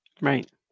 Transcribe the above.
Right